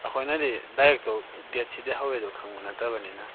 ꯑꯩꯈꯣꯏꯅꯗꯤ direct date ꯁꯤꯗꯩ ꯍꯧꯋꯦꯗꯣ ꯈꯪꯕ ꯅꯠꯇꯕꯅꯤꯅ